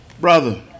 Brother